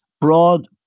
broad